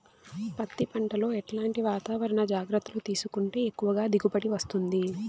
పత్తి పంట లో ఎట్లాంటి వాతావరణ జాగ్రత్తలు తీసుకుంటే ఎక్కువగా దిగుబడి వస్తుంది?